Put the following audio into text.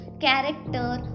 character